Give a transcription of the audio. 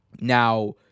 Now